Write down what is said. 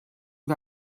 wir